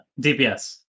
dps